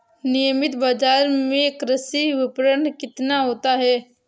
नियमित बाज़ार में कृषि विपणन कितना होता है?